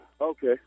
Okay